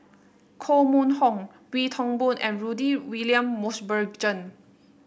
Koh Mun Hong Wee Toon Boon and Rudy William Mosbergen